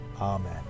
Amen